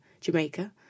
Jamaica